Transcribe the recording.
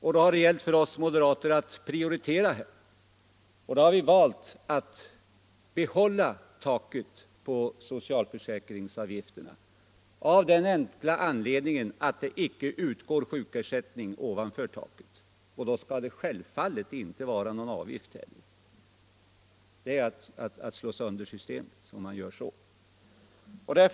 För oss moderater har det gällt att prioritera här, och då har vi valt att behålla taket för socialförsäkringsavgifterna, av den enkla anledningen att det inte utgår sjukersättning ovanför taket. Följaktligen skall det självfallet inte vara någon avgift heller. Det är att slå sönder systemet om man tar bort taket.